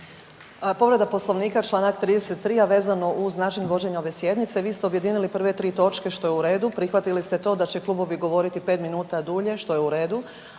Povreda Poslovnika, čl. 33, a vezano uz način vođenja ove sjednice. Vi ste objedinili prve 3 točke, što je u redu, prihvatili ste to da će klubovi govoriti 5 minuta dulje, što je u redu,